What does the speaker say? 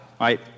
right